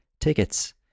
tickets